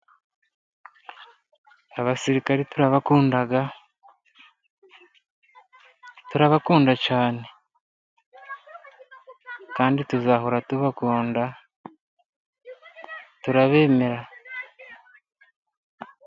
Abasirikare turabakunda, turabakunda cyane Kandi tuzahora tubakunda turabemera.